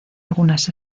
algunas